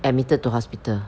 admitted to hospital